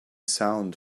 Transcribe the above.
sound